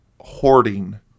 hoarding